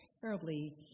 terribly